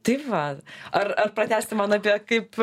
tai va ar ar pratęsti man apie kaip